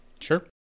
Sure